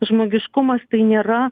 žmogiškumas tai nėra